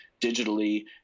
digitally